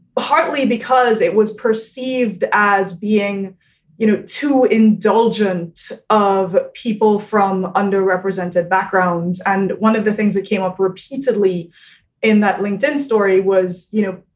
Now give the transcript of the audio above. partly because it was perceived as being you know too indulgent of people from underrepresented backgrounds. and one of the things that came up repeatedly in that linkedin story was, you know,